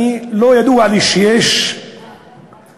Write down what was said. לא ידוע לי שיש כבש